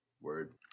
Word